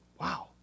Wow